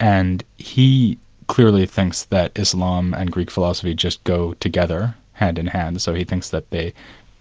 and he clearly thinks that islam and greek philosophy just go together, hand-in-hand, so he thinks that they